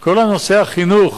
כל נושא החינוך